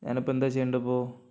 ഞാനിപ്പോൾ എന്താ ചെയ്യേണ്ടതിപ്പോൾ